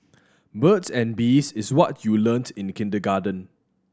birds and bees is what you learnt in kindergarten